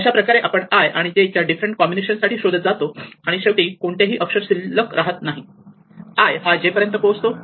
अशाप्रकारे आपण i आणि j च्या डिफरंट कॉम्बिनेशन साठी शोधत जातो आणि शेवटी कोणतेही अक्षर शिल्लक राहत नाही i हा j पर्यंत पोहोचतो